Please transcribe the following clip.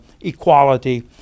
equality